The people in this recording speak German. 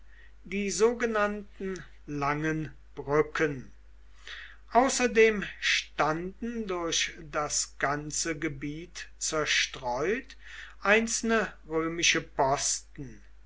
die sogenannten langen brücken außerdem standen durch das ganze gebiet zerstreut einzelne römische posten